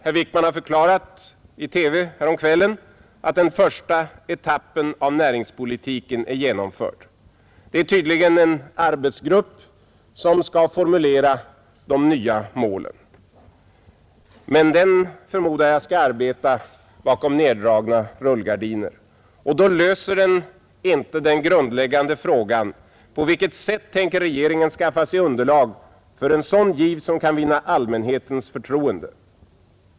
Herr Wickman har förklarat — i TV häromkvällen — att den första etappen av näringspolitiken är genomförd. En arbetsgrupp skall formulera de nya målen, men den förmodar jag skall arbeta bakom neddragna rullgardiner, och då löser den inte den grundläggande frågan: På vilket sätt tänker regeringen skaffa sig underlag för en sådan giv som kan vinna allmänhetens förtroende?